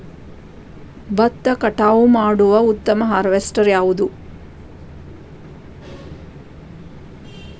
ಭತ್ತ ಕಟಾವು ಮಾಡುವ ಉತ್ತಮ ಹಾರ್ವೇಸ್ಟರ್ ಯಾವುದು?